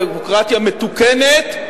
דמוקרטיה מתוקנת,